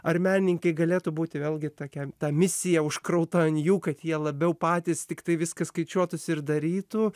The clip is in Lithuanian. ar menininkai galėtų būti vėlgi tokia ta misija užkrauta ant jų kad jie labiau patys tiktai viską skaičiuotųsi ir darytų